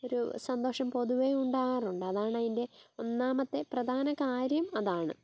ഒരു സന്തോഷം പൊതുവേ ഉണ്ടാകാറുണ്ട് അതാണ് അതിൻ്റെ ഒന്നാമത്തെ പ്രധാനം കാര്യം അതാണ്